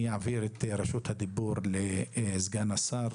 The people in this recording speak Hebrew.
אעביר את רשות הדיבור לסגן השר,